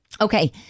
Okay